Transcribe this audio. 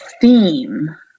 theme